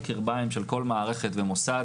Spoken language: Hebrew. מה המדיניות הנכונה לגבי מעבדות?